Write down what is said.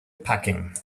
packing